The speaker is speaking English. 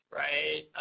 right